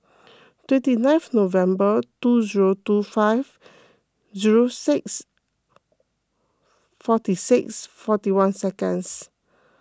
twenty ninth November two zero two five zero six forty six forty one seconds